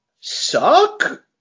suck